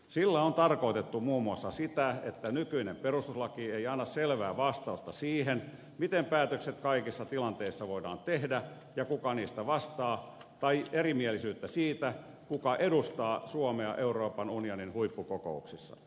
sillä on tarkoitettu muun muassa sitä että nykyinen perustuslaki ei anna selvää vastausta siihen miten päätökset kaikissa tilanteissa voidaan tehdä ja kuka niistä vastaa tai erimielisyyttä siitä kuka edustaa suomea euroopan unionin huippukokouksissa